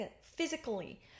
physically